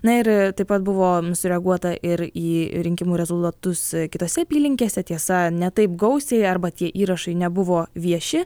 na ir taip pat buvo sureaguota ir į rinkimų rezultatus kitose apylinkėse tiesa ne taip gausiai arba tie įrašai nebuvo vieši